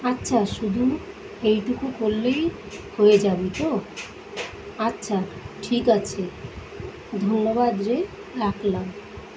আচ্ছা শুধু এইটুকু করলেই হয়ে যাবে তো আচ্ছা ঠিক আছে ধন্যবাদ রে রাখলাম